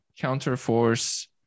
counterforce